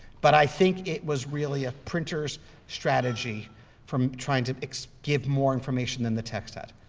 but i think it was really a printer's strategy from trying to give more information than the text had,